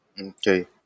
okay